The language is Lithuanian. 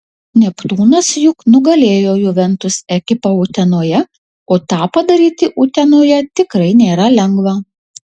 neptūnas juk nugalėjo juventus ekipą utenoje o tą padaryti utenoje tikrai nėra lengva